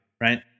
right